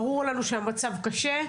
ברור לנו שהמצב קשה.